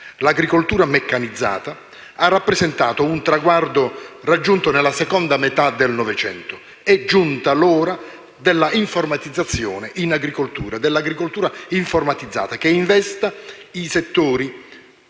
L'agricoltura meccanizzata ha rappresentato un traguardo raggiunto nella seconda metà del Novecento. È giunta l'ora della informatizzazione in agricoltura, dell'agricoltura informatizzata che investa i settori